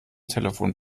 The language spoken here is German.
telefon